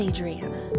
Adriana